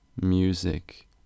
music